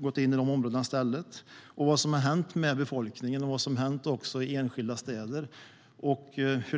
gått in i stället - vad som har hänt med befolkningen och vad som har hänt i enskilda städer.